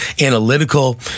analytical